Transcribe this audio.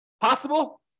Possible